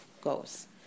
goes